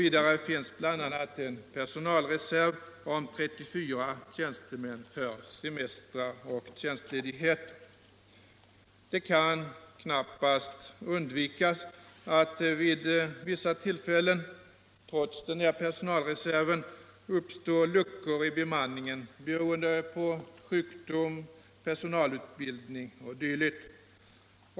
Vidare finns bl.a. en personalreserv om 34 tjänstemän för semestrar och tjänstledigheter. Det kan knappast undvikas att det vid vissa tillfällen — trots personalreserven — uppstår luckor i bemanningen beroende på sjukdom, personalutbildning o. d.